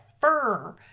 fur